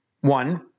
one